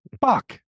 Fuck